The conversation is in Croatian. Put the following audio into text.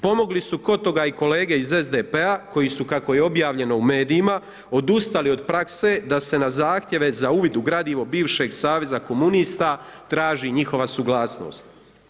Pomogli su kod toga i kolege iz SDP-a koji su kako je objavljeno u medijima, odustali od prakse da se na zahtjeve za uvid u gradivo bivšeg Saveza komunista traži njihova suglasnost.